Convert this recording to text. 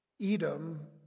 Edom